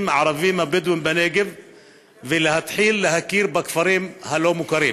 הערבים הבדואים בנגב ולהתחיל להכיר בכפרים הלא-מוכרים.